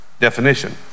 definition